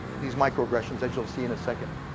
these microaggressions, as you'll see in a second.